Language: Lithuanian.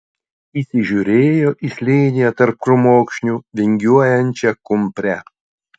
įsižiūrėjo į slėnyje tarp krūmokšnių vingiuojančią kumprę